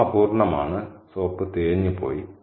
soap അപൂർണ്ണമാണ് soap തേഞ്ഞുപോയി